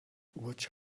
watch